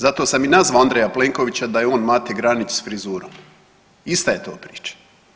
Zato sam i nazvao Andreja Plenkovića da je on Mate Granić s frizurom, ista je to priča.